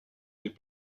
des